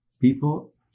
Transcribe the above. People